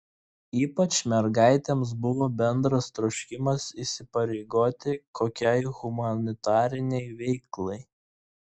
ypač mergaitėms buvo bendras troškimas įsipareigoti kokiai humanitarinei veiklai